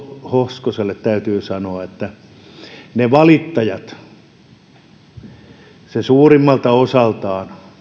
hoskoselle täytyy sanoa että eivät ne valittajat suurimmalta osaltaan